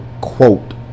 quote